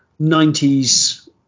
90s